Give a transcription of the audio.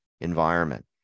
environment